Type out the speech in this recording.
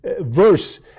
verse